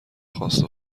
خواست